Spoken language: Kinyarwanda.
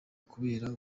kubera